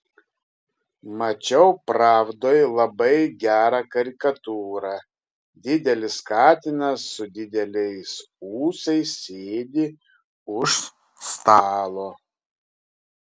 mačiau pravdoj labai gerą karikatūrą didelis katinas su dideliais ūsais sėdi už stalo